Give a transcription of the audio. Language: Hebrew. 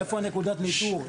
איפה נקודת הניטור?